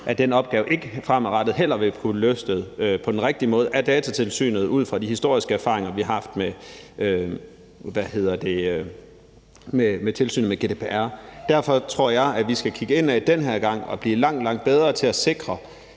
at den opgave fremadrettet ikke vil kunne løftes på den rigtige måde af Datatilsynet ud fra de historiske erfaringer, vi har haft med tilsynet med GDPR. Derfor tror jeg, at vi skal kigge indad den her gang og blive langt, langt bedre til at sikre,